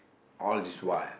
all this while